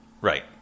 right